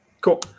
Cool